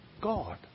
God